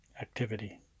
activity